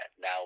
now